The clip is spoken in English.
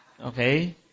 Okay